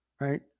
Right